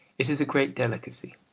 it is a great delicacy.